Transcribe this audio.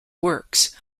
works